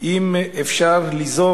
אם אפשר ליזום,